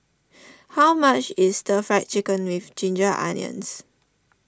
how much is the Fried Chicken with Ginger Onions